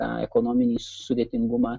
tą ekonominį sudėtingumą